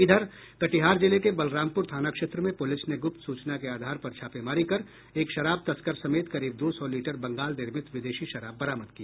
इधर कटिहार जिले के बलरामपुर थाना क्षेत्र में पुलिस ने गुप्त सूचना के आधार पर छापेमारी कर एक शराब तस्कर समेत करीब दो सौ लीटर बंगाल निर्मित विदेशी शराब बरामद किया